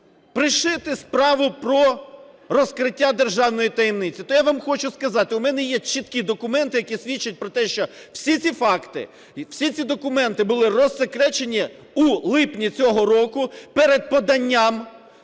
пришити справу про розкриття державної таємниці. То я вам хочу сказати, у мене є чіткі документи, які свідчать про те, що всі ці факти і всі ці документи були розсекречені у липні цього року перед поданням